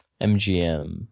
MGM